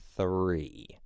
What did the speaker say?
three